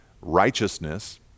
righteousness